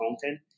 content